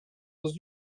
aux